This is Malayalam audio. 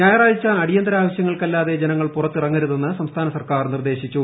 ഞായറാഴ്ച അടിയന്തര ആവശ്യങ്ങൾക്കല്ലാതെ ജനങ്ങൾ പുറത്തിറങ്ങരുതെന്ന് സംസ്ഥാന സർക്കാർ നിർദേശിച്ചു